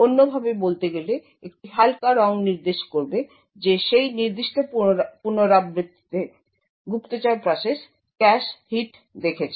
অন্যভাবে বলতে গেলে একটি হালকা রঙ নির্দেশ করবে যে সেই নির্দিষ্ট পুনরাবৃত্তিতে গুপ্তচর প্রসেস ক্যাশ হিট দেখেছে